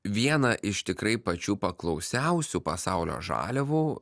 vieną iš tikrai pačių paklausiausių pasaulio žaliavų